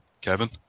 Kevin